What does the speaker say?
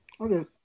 Okay